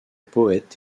poète